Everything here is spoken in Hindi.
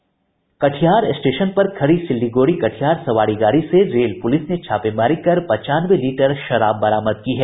कटिहार स्टेशन पर खड़ी सिल्लीगुड़ी कटिहार सवारी गाड़ी से रेल पुलिस ने छापेमारी कर पचानवे लीटर शराब बरामद की है